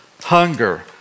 hunger